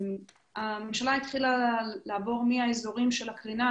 הממשלה התחילה לעבור בין האזורים של הקרינה,